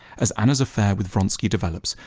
as anna's affair with vronsky develops,